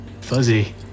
fuzzy